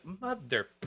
mother